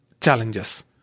challenges